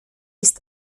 ist